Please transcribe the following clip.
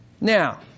Now